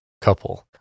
couple